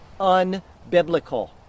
unbiblical